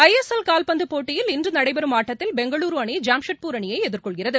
ஐ S L காவ்பந்து போட்டியில் இன்று நடைபெறும் ஆட்டத்தில் பெங்களூரு அணி ஜாம்ஷெட்பூர் அணியை எதிர்கொள்கிறது